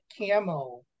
camo